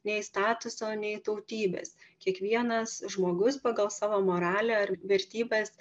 nei statuso nei tautybės kiekvienas žmogus pagal savo moralę ar vertybes